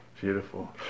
beautiful